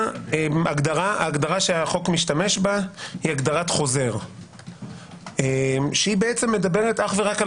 אלא ההגדרה שהחוק משתמש בה היא הגדרת חוזר שהיא מדברת רק על